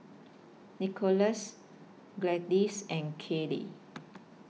Nickolas Gladyce and Keeley